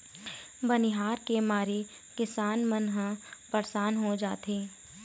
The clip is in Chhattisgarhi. बनिहार के मारे किसान मन ह परसान हो जाथें